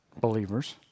Believers